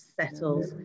settles